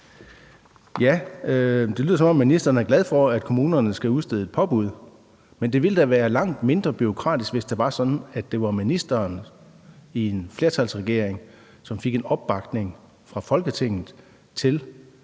Ja, det lyder, som om ministeren er glad for, at kommunerne skal udstede et påbud. Men det ville da være langt mindre bureaukratisk, hvis det var sådan, at det var ministeren i en flertalsregering, som fik en opbakning fra Folketinget til,